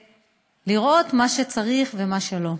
ולראות מה שצריך ומה שלא.